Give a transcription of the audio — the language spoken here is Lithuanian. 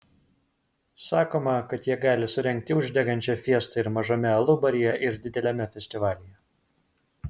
sakoma kad jie gali surengti uždegančią fiestą ir mažame alubaryje ir dideliame festivalyje